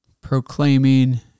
proclaiming